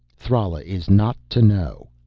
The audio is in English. thrala is not to know.